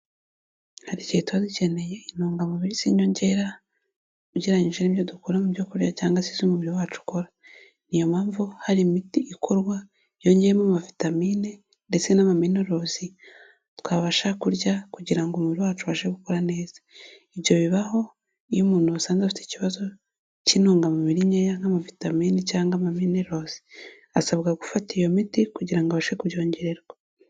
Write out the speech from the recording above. Hari igihe tuba dukeneye intungamubiri z'inyongera, ugereranyi n'ibyo dukura mu byoku kurya cyangwa se izo umubiri wacu ukora. Niyompamvu hari imiti ikorwa, yongeyemo ama vitamine ndetse n'amaminerozi, twabasha kurya kugira ngo umubiri wacu ubashe gukora neza. Ibyo bibaho iyo umuntu asanze afite ikibazo cy'inintungamubiri nkeya, nk'amavitamine cyangwa amaminerozi. Asabwa gufata iyo miti, kugira ngo abashe kubyongererwa.